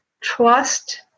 trust